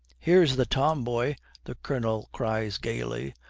here's the tomboy the colonel cries gaily.